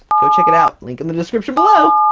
go check it out, link in the description below!